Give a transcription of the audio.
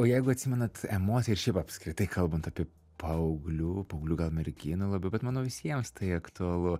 o jeigu atsimenat emociją ir apskritai kalbant apie paauglių paauglių gal merginų labiau bet manau visiems tai aktualu